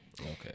okay